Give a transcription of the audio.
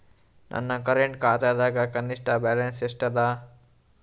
ನನ್ನ ಕರೆಂಟ್ ಖಾತಾದಾಗ ಕನಿಷ್ಠ ಬ್ಯಾಲೆನ್ಸ್ ಎಷ್ಟು ಅದ